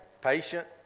patient